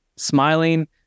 Smiling